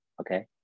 Okay